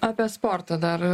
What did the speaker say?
apie sportą dar